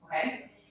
Okay